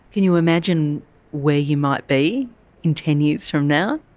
can you imagine where you might be in ten years from now?